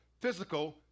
physical